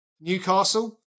Newcastle